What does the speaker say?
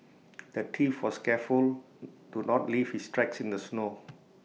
the thief was careful to not leave his tracks in the snow